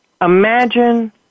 Imagine